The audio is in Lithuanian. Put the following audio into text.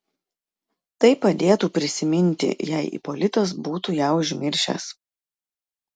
tai padėtų prisiminti jei ipolitas būtų ją užmiršęs